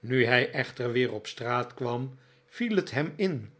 nu hij echter weer op straat kwam viel het hem in